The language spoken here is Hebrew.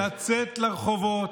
לצאת לרחובות,